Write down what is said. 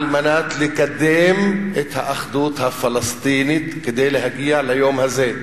על מנת לקדם את האחדות הפלסטינית כדי להגיע ליום הזה.